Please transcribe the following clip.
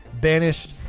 Banished